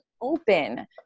open